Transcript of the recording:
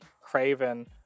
Craven